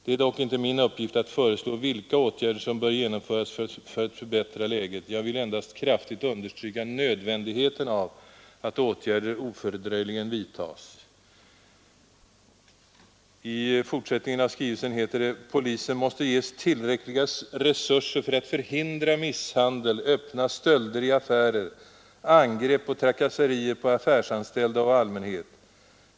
Det är dock inte min uppgift att föreslå vilka åtgärder som bör genomföras för att förbättra läget. Jag vill endast kraftigt understryka nödvändigheten av att åtgärder ofördröjligen vidtas.” I fortsättningen av skrivelsen heter det: ”Polisen måste ges tillräckliga resurser för att förhindra misshandel, sanställda och öppna stölder i affärer, angrepp och trakasserier på affä allmänhet.